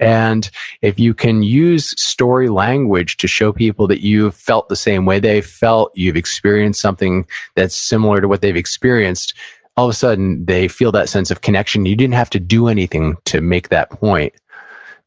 and if you can use story language to show people that you felt the same way they felt, you've experienced something that's similar to what they've experienced. all of a sudden, they feel that sense of connection, you didn't have to do anything to make that point